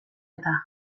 eta